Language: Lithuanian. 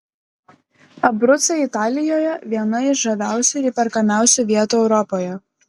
abrucai italijoje viena iš žaviausių ir įperkamiausių vietų europoje